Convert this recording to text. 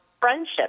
friendship